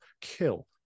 kill